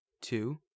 two